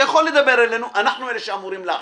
אתה יכול לדבר אלינו, אנחנו אלה שאמורים להחליט.